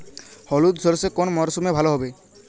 হলুদ সর্ষে কোন মরশুমে ভালো হবে?